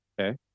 Okay